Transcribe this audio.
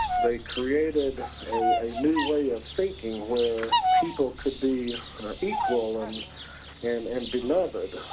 they created a new way of thinking where people could be equal and and and beloved,